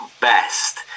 best